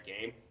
game